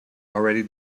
already